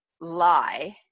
lie